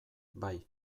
bai